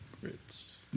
Grits